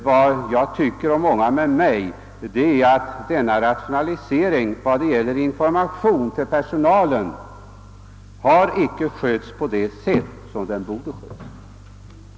Vad jag och många med mig tycker är att denna rationalisering, såvitt avser informationen till personalen, inte har skötts på det sätt på vilket den bort skötas.